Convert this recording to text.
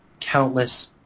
countless